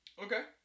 Okay